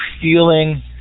feeling